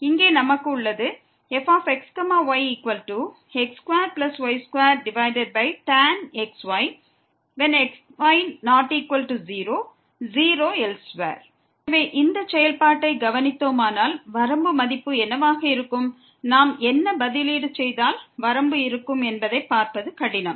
இங்கே நாம் பெற்றிருப்பது fxyx2y2tan xy xy≠0 0elsewhere எனவே இந்த செயல்பாட்டைப் கவனித்தோமானால் வரம்பு மதிப்பு என்னவாக இருக்கும் நாம் என்ன பதிலீடு செய்தால் வரம்பு இருக்கும் என்பதைப் பார்ப்பது கடினம்